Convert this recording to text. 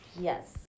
yes